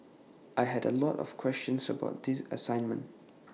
I had A lot of questions about the assignment